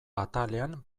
atalean